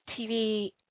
TV